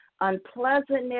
unpleasantness